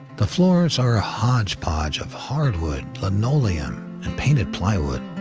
the floors are a hodge podge of hardwood, linoleum and painted plywood.